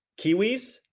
kiwis